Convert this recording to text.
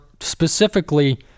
specifically